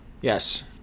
Yes